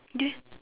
do y~